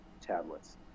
tablets